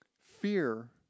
fear